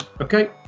Okay